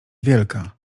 wielka